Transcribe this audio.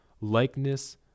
likeness